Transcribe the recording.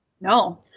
No